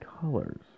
colors